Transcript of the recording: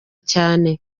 cyane